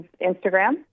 Instagram